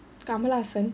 kamal hasan